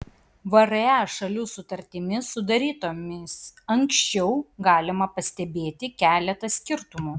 vre šalių sutartimis sudarytomis anksčiau galima pastebėti keletą skirtumų